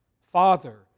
Father